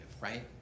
right